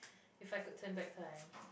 if I could turn back time